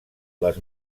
les